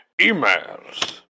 Emails